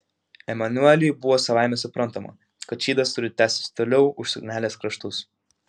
emanueliui buvo savaime suprantama kad šydas turi tęstis toliau už suknelės kraštus